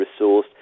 resourced